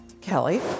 Kelly